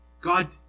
God